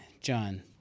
John